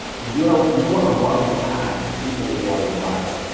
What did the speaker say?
because you know you don't want to run your ads to people who are your buyers.